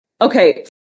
okay